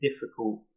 difficult